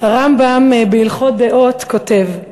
הרמב"ם בהלכות דעות כותב: